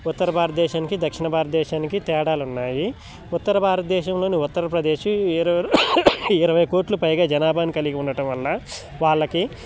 ఉత్తర భారతదేశానికి దక్షిణ భారతదేశానికి తేడాలు ఉన్నాయి ఉత్తర భారతదేశంలోని ఉత్తరప్రదేశ్ ఇరవై కోట్లు పైగా జనాభాను కలిగి ఉండటం వల్ల వాళ్ళకి